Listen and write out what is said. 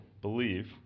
believe